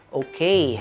okay